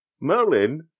Merlin